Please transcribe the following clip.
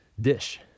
dish